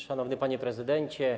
Szanowny Panie Prezydencie!